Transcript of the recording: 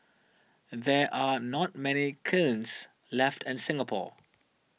there are not many kilns left in Singapore